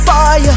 Fire